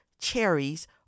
cherries